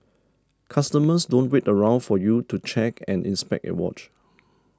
customers don't wait around for you to check and inspect a watch